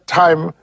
time